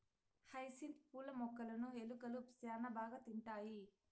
hyacinth పూల మొక్కలును ఎలుకలు శ్యాన బాగా తింటాయి